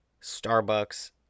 Starbucks